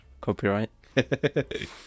copyright